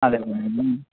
അതെ